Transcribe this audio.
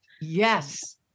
Yes